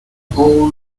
whole